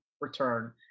return